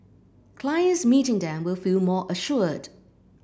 clients meeting them will feel more assured